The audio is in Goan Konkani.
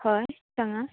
हय सांगा